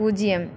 பூஜ்யம்